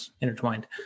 intertwined